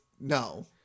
no